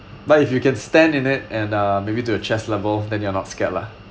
but if you can stand in it and uh maybe to the chest level then you are not scared lah